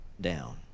down